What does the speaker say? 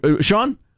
Sean